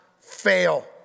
fail